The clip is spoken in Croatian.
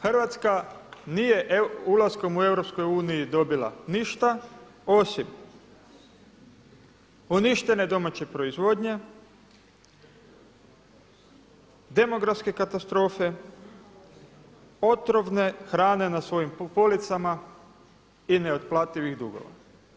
Hrvatska nije ulaskom u EU dobila ništa osim uništene domaće proizvodnje, demografske katastrofe, otrovne hrane na svojim policama i neotplativih dugova.